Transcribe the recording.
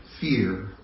fear